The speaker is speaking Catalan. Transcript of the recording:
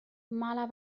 mala